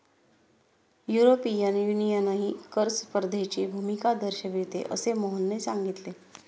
European युनियनही कर स्पर्धेची भूमिका दर्शविते, असे मोहनने सांगितले